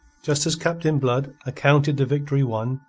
just as captain blood accounted the victory won,